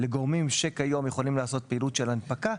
לגורמים שכיום יכולים לעשות פעילות של הנפקה.